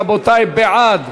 רבותי, בעד,